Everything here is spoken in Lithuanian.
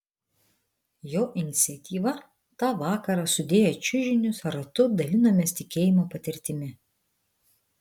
jo iniciatyva tą vakarą sudėję čiužinius ratu dalinomės tikėjimo patirtimi